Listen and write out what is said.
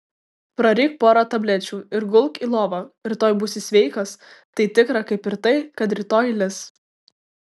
praryk porą tablečių ir gulk į lovą rytoj būsi sveikas tai tikra kaip ir tai kad rytoj lis